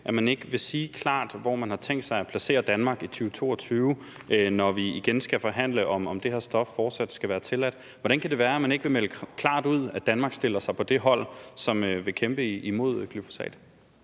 at man ikke vil sige klart, hvor man har tænkt sig at placere Danmark i år 2022, når vi igen skal forhandle, om det her stof fortsat skal være tilladt. Hvordan kan det være, at man ikke vil melde klart ud, at Danmark stiller sig på det hold, som vil kæmpe imod glyfosat?